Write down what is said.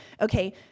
Okay